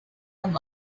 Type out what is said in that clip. and